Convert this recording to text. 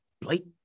Blake